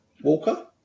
Walker